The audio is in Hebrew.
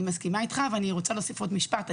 אני מסכימה איתך ואני רוצה להוסיף עוד משפט.